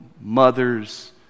mother's